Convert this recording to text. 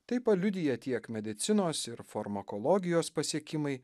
tai paliudija tiek medicinos ir farmakologijos pasiekimai